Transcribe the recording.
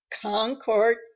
concord